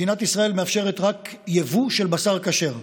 מדינת ישראל מאפשרת רק יבוא של בשר כשר.